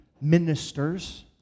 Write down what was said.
ministers